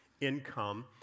income